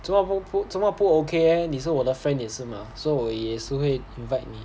做么不不做么不 okay leh 你是我的 friend 也是吗 so 我也是会 invite 你